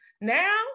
now